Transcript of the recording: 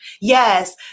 Yes